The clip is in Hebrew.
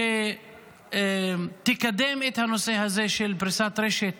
ממשלה שתקדם את הנושא הזה של פריסת רשת